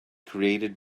created